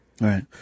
Right